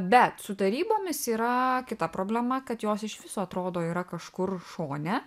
bet su tarybomis yra kita problema kad jos iš viso atrodo yra kažkur šone